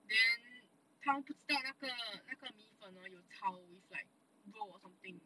then 他不知道那个那个米粉 hor 有炒 with like 肉 or something